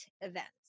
events